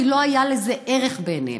כי לא היה לזה ערך בעיניהם.